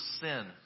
sin